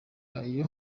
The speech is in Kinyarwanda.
ayo